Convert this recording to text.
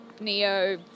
Neo